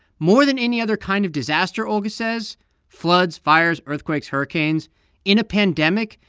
more than any other kind of disaster, olga says floods, fires, earthquakes, hurricanes in a pandemic,